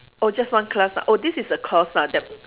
oh just one class oh this is a course ah that